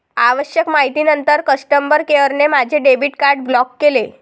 आवश्यक माहितीनंतर कस्टमर केअरने माझे डेबिट कार्ड ब्लॉक केले